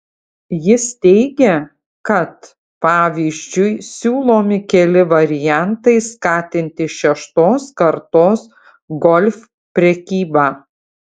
jis teigia kad pavyzdžiui siūlomi keli variantai skatinti šeštos kartos golf prekybą